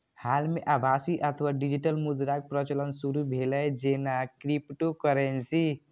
हाल मे आभासी अथवा डिजिटल मुद्राक प्रचलन शुरू भेलै, जेना क्रिप्टोकरेंसी